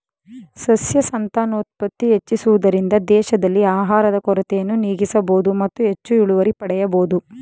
ಸಸ್ಯ ಸಂತಾನೋತ್ಪತ್ತಿ ಹೆಚ್ಚಿಸುವುದರಿಂದ ದೇಶದಲ್ಲಿ ಆಹಾರದ ಕೊರತೆಯನ್ನು ನೀಗಿಸಬೋದು ಮತ್ತು ಹೆಚ್ಚು ಇಳುವರಿ ಪಡೆಯಬೋದು